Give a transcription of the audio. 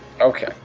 Okay